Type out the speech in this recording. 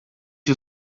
you